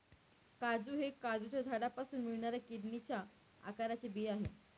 काजू हे काजूच्या झाडापासून मिळणाऱ्या किडनीच्या आकाराचे बी आहे